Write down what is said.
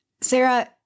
Sarah